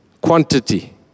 quantity